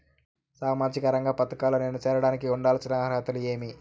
సామాజిక రంగ పథకాల్లో నేను చేరడానికి ఉండాల్సిన అర్హతలు ఏమి?